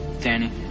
Danny